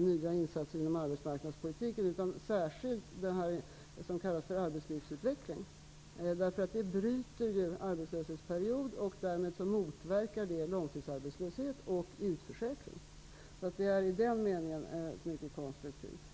nya insatser inom arbetsmarknadspolitiken, utan särskilt det som kallas arbetslivsutveckling. Detta innebär ett avbrott i en arbetslöshetsperiod och motverkar därmed långtidsarbetslöshet och utförsäkring. I den meningen är detta mycket konstruktivt.